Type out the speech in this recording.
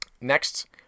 Next